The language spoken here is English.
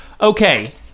Okay